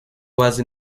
bazi